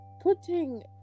putting